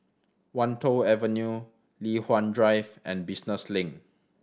Wan Tho Avenue Li Hwan Drive and Business Link